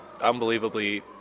unbelievably